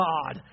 God